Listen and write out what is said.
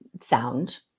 sound